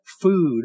food